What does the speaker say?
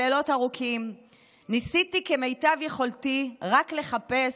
הלילות ארוכים / ניסיתי כמיטב יכולתי רק לחפש,